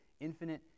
infinite